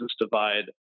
divide